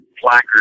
placards